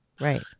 Right